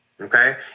Okay